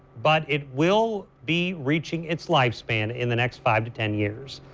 but it will be reaching its life span in the next five to ten years.